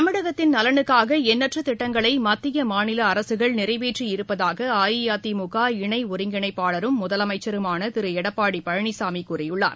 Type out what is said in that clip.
தமிழகத்தின் நலனுக்காக எண்ணற்ற திட்டங்களை மத்திய மாநில அரசுகள் நிறைவேற்றிருப்பதாக அஇஅதிமுக இணை ஒருங்கிணைப்பாளரும் முதலமைச்சருமான திரு எடப்பாடி பழனிசாமி கூறியுள்ளார்